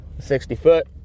60-foot